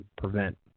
prevent